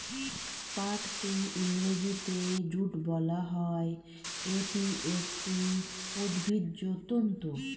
পাটকে ইংরেজিতে জুট বলা হয়, এটি একটি উদ্ভিজ্জ তন্তু